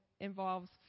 involves